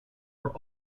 were